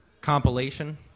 compilation